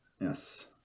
Yes